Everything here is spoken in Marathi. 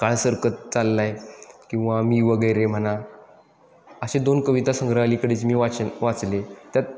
काळ सरकत चालला आहे किंवा मी वगैरे म्हणा असे दोन कविता संग्रह अलीकडेच मी वाचन वाचले त्यात